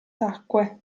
tacque